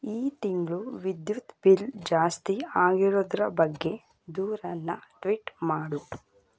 ಈ ತಿಂಗಳು ವಿದ್ಯುತ್ ಬಿಲ್ ಜಾಸ್ತಿ ಆಗಿರೋದರ ಬಗ್ಗೆ ದೂರನ್ನು ಟ್ವೀಟ್